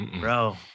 Bro